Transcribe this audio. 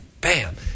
bam